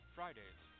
Fridays